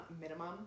minimum